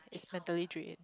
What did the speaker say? mentally drain